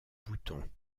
boutons